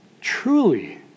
truly